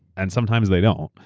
and sometimes they don't.